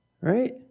Right